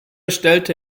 stellte